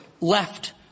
left